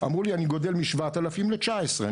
אמרו לי אני גודל משבעת אלפים לתשע עשרה,